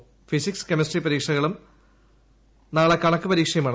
ഇന്ന് physics chemistry പരീക്ഷകളും നാളെ കണക്ക് പരീ ക്ഷയുമാണ്